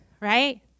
right